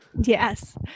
yes